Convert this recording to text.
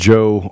Joe